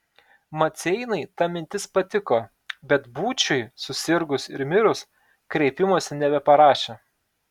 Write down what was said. maceinai ta mintis patiko bet būčiui susirgus ir mirus kreipimosi nebeparašė